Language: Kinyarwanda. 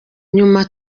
nyuma